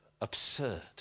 absurd